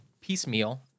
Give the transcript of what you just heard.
piecemeal